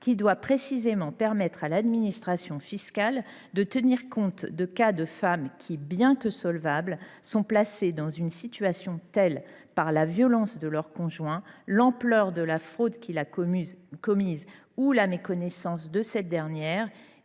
qui doit précisément permettre à l’administration fiscale de tenir compte de cas de femmes qui, bien que solvables, sont placées, par la violence de leur conjoint, l’ampleur de la fraude qu’il a commise ou leur méconnaissance de cette dernière,